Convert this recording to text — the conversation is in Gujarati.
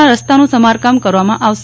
ના રસ્તાનું સમારકામ કરવામાં આવશે